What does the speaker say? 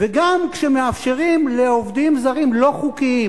וגם כשמאפשרים לעובדים זרים לא חוקיים,